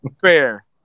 fair